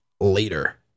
later